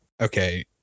okay